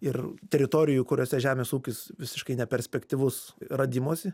ir teritorijų kuriose žemės ūkis visiškai neperspektyvus radimosi